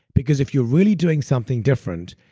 because if you're really doing something different,